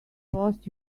post